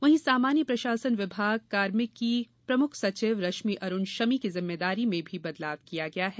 वहीं सामान्य प्रशासन विभाग कार्मिक की प्रमुख सचिव रश्मि अरूण शमी की जिम्मेदारी में भी बदलाव किया गया है